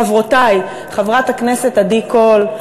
חברותי חברת הכנסת עדי קול,